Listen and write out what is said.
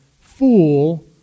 fool